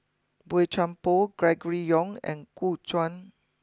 Boey Chuan Poh Gregory Yong and Gu Juan